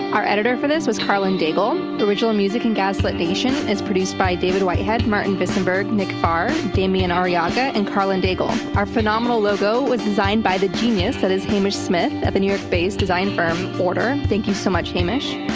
our editor for this was karlyn daigle. original music in gaslit nation is produced by david whitehead, martin wissenberg, nick farr, demian arriaga, and karlyn daigle. our phenomenal logo was designed by the genius that is hamish smyth at the new york based design firm porter, thank you so much hamish.